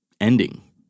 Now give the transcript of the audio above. ending